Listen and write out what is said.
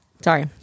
Sorry